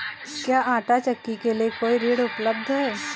क्या आंटा चक्की के लिए कोई ऋण उपलब्ध है?